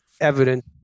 evidence